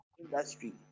industry